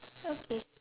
okay